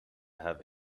have